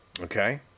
Okay